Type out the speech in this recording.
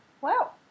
wow